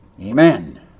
Amen